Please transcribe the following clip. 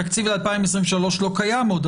התקציב ל-2023 לא קיים עוד,